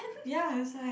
ya is like